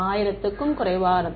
மாணவர் 1000 க்கும் குறைவானது